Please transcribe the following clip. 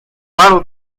paru